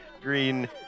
green